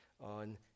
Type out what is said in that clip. on